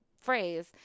phrase